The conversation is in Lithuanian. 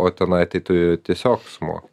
o tenai tai tu tiesiog sumok